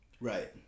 Right